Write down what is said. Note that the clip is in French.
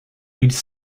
ils